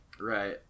Right